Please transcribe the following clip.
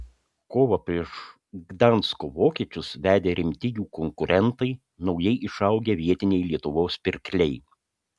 kovą prieš gdansko vokiečius vedė rimti jų konkurentai naujai išaugę vietiniai lietuvos pirkliai